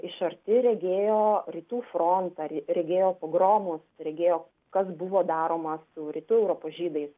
ir iš arti regėjo rytų frontą re regėjo pogromus regėjo kas buvo daroma su rytų europos žydais